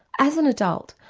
as an adult,